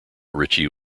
ritchie